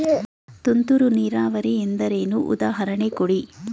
ತುಂತುರು ನೀರಾವರಿ ಎಂದರೇನು, ಉದಾಹರಣೆ ಕೊಡಿ?